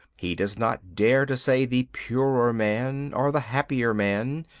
he does not dare to say, the purer man, or the happier man,